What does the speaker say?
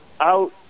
out